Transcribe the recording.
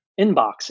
inbox